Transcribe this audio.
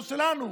לא שלנו,